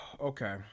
okay